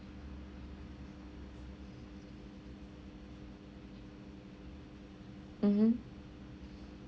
mmhmm